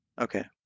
okay